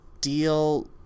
deal